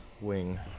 wing